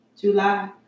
July